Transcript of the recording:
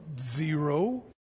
Zero